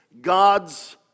God's